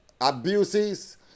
abuses